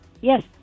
Yes